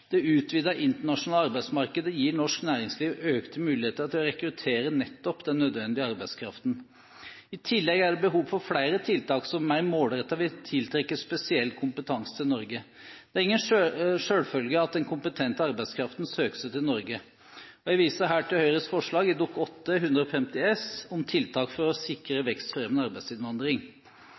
Det utvidede internasjonale arbeidsmarkedet gir norsk næringsliv økte muligheter til å rekruttere nettopp den nødvendige arbeidskraften. I tillegg er det behov for flere tiltak som mer målrettet vil tiltrekke spesiell kompetanse til Norge. Det er ingen selvfølge at den kompetente arbeidskraften søker seg til Norge. Jeg viser her til Høyres forslag i Dokument 8:150 S for 2010–2011 om tiltak for å sikre vekstfremmende arbeidsinnvandring.